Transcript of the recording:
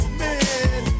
man